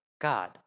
God